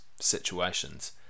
situations